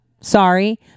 Sorry